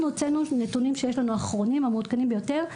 הוצאנו נתונים שיש לנו האחרונים המעודכנים ביותר,